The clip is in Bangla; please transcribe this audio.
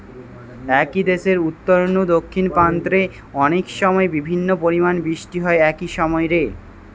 একই দেশের উত্তর নু দক্ষিণ প্রান্ত রে অনেকসময় বিভিন্ন পরিমাণের বৃষ্টি হয় একই সময় রে